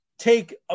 take